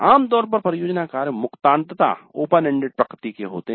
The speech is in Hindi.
आमतौर पर परियोजना कार्य मुक्तान्तता ओपन एंडेड प्रकृति के होते है